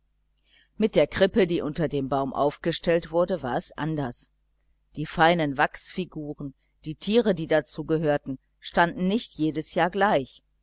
mit der krippe die unter dem baum aufgestellt wurde war es anders die feinen wachsfiguren die tiere die dazu gehörten standen nicht jedes jahr gleich